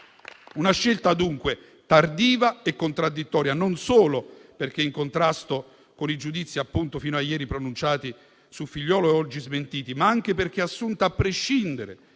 una scelta dunque tardiva e contraddittoria, non solo perché in contrasto con i giudizi fino a ieri pronunciati su Figliuolo e oggi smentiti, ma anche perché assunta a prescindere,